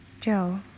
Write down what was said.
Joe